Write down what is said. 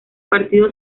partido